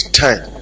time